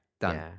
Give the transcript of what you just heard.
done